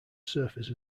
surfers